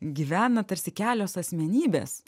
gyvena tarsi kelios asmenybės